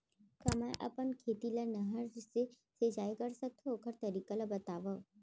का मै ह अपन खेत मा नहर से सिंचाई कर सकथो, ओखर तरीका ला बतावव?